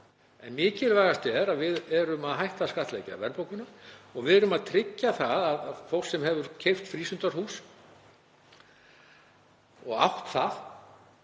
En mikilvægast er að við erum að hætta að skattleggja verðbólguna og við erum að tryggja að fólk sem hefur keypt frístundahús og á það